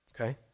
Okay